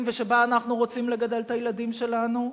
ושבה אנחנו רוצים לגדל את הילדים שלנו.